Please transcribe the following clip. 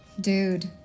Dude